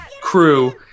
crew